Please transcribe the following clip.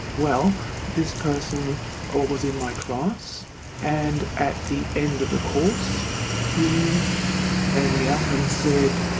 well this person ah was in my class and at the end of the course he rang me up and said,